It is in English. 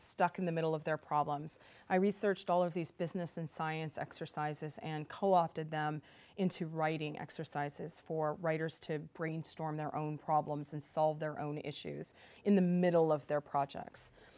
stuck in the middle of their problems i researched all of these business and science exercises and co opted them into writing exercises for writers to brainstorm their own problems and solve their own issues in the middle of their